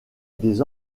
des